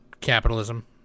capitalism